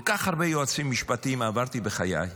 כל כך הרבה יועצים משפטיים עברתי בחיי,